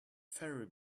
ferry